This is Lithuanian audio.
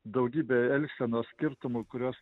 daugybę elgsenos skirtumų kuriuos